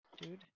dude